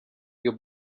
you